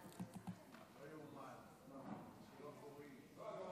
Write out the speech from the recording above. לא קוראים.